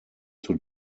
zur